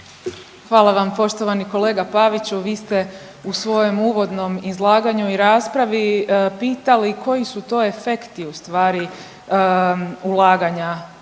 Hvala vam poštovani kolega Paviću. Vi ste u svojem uvodnom izlaganju i raspravi pitali koji su to efekti ustvari ulaganja